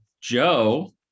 joe